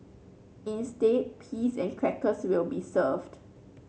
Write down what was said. instead peas and crackers will be served